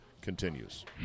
continues